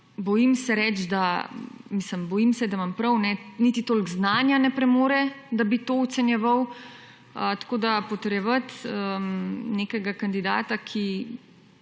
Bojim se, da imam prav niti toliko znanja ne premore, da bi to ocenjeval. Tako da potrjevati nekega kandidata, ki